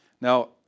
Now